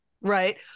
right